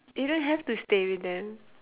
you don't have stay with them